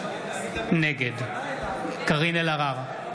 נגד קארין אלהרר,